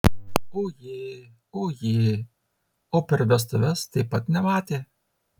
ojė ojė o per vestuves taip pat nematė